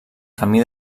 camí